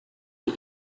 the